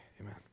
amen